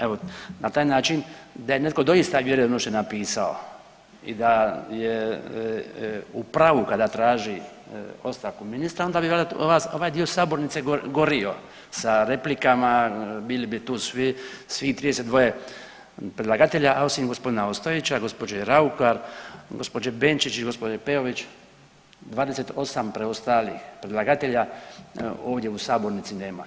Evo, na taj način da je netko doista vjeruje u ono što je napisao i da je u prvu kada traži ostavku ministra onda bi valjda ovaj dio sabornice gorio sa replikama, bili bi tu svi, svi 32 predlagatelja, a osim gospodina Ostojića, gospođe Raukar, gospođe Benčić i gospođe Peović, 28 preostalih predlagatelja ovdje u sabornici nema.